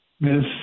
miss